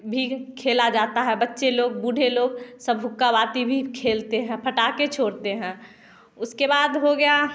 भी खेला जाता है बच्चे लोग बूढ़े लोग सब हुक्का बाती भी खेलते हैं पटाखे छोड़ते हैं उसके बाद हो गया